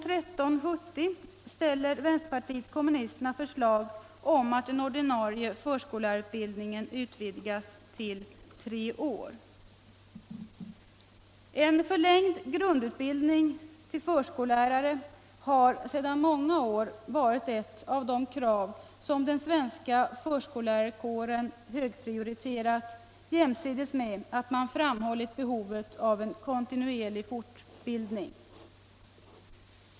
I motionen 1370 ställer vpk förslag om att den ordinarie förskollärarutbildningen skall utvidgas till tre år. En förlängd grundutbildning för förskollärare har sedan många år varit ett av de krav som den svenska förskollärarkåren högprioriterat jämsides med att man framhållit behovet av en kontinuerlig fortbildning.